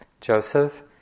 Joseph